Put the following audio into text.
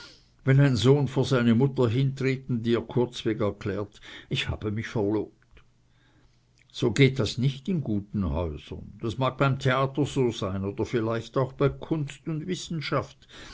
wenn ein sohn vor seine mutter hintritt und ihr kurzweg erklärt ich habe mich verlobt so geht das nicht in guten häusern das mag beim theater so sein oder vielleicht auch bei kunst und wissenschaft